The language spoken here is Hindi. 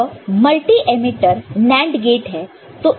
यह मल्टी एमीटर NAND गेट है